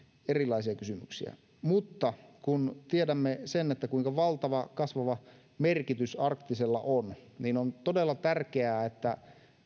erilaisia kysymyksiä mutta kun tiedämme sen kuinka valtava kasvava merkitys arktisella on niin on todella tärkeää että